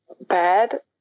bad